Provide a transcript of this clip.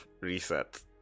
reset